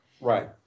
Right